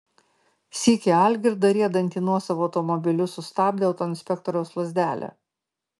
sykį algirdą riedantį nuosavu automobiliu sustabdė autoinspektoriaus lazdelė